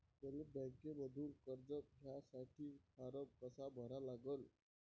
मले बँकेमंधून कर्ज घ्यासाठी फारम कसा भरा लागन?